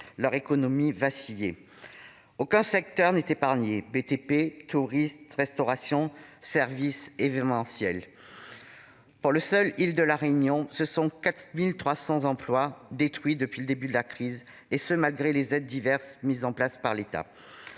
leur économie vaciller. Aucun secteur n'est épargné : BTP, tourisme, restauration, services, événementiel ... Pour la seule île de La Réunion, ce sont 4 300 emplois qui ont été détruits depuis le début de la crise, malgré les aides diverses mises en place par l'État.